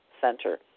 Center